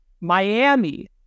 Miami